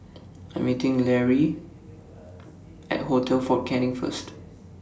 I Am meeting Lary At Hotel Fort Canning First